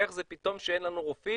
איך זה פתאום שאין לנו רופאים,